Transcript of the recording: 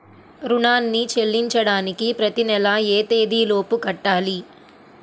రుణాన్ని చెల్లించడానికి ప్రతి నెల ఏ తేదీ లోపు కట్టాలి?